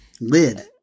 lid